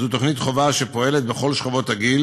זו תוכנית חובה שפועלת בכל שכבות הגיל